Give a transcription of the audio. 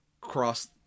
cross